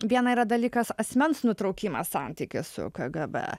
viena yra dalykas asmens nutraukimas santykius su kgb